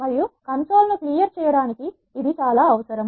మరియు Console కన్సోల్ను clear చేయడానికి ఇది అవసరము